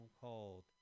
called